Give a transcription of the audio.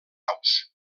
aus